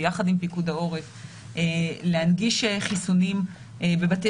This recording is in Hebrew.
ביחד עם פיקוד העורף להנגיש חיסונים בבתי